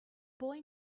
boy